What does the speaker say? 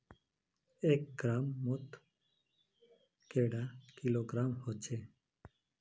एक ग्राम मौत कैडा किलोग्राम होचे?